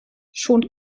schon